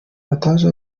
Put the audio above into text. bataje